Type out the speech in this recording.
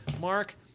Mark